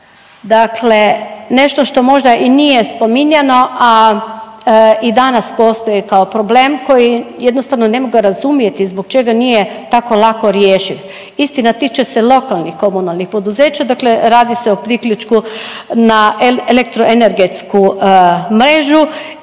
dakle nešto što možda i nije spominjano, a i danas postoje kao problem koji jednostavno ne mogu razumjeti zbog čega nije tako lako rješiv. Istina, tiče se lokalnih komunalnih poduzeća, dakle radi se o priključku na elektro-energetsku mrežu